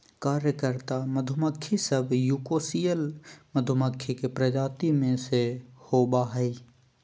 कार्यकर्ता मधुमक्खी सब यूकोसियल मधुमक्खी के प्रजाति में से होबा हइ